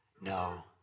no